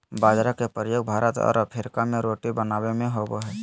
बाजरा के प्रयोग भारत और अफ्रीका में रोटी बनाबे में होबो हइ